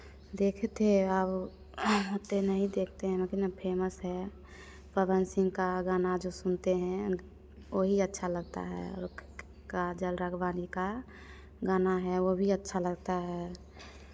देखे थे और ओत्ते नहीं देखते हैं लेकिन अब फेमस है पवन सिंह का गाना जो सुनते हैं वही अच्छा लगता है और काजल राघवानी का गाना है वो भी अच्छा लगता है